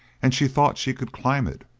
and she thought she could climb it,